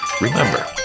Remember